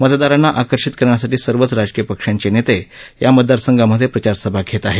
मतदारांना आकर्षित करण्यासाठी सर्वच राजकीय पक्षांचे नेते या मतदारसंघांमधे प्रचारसभा घेत आहेत